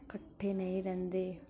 ਇਕੱਠੇ ਨਹੀਂ ਰਹਿੰਦੇ